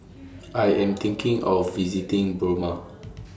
I Am thinking of visiting Burma